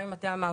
גם עם מטה המאבק,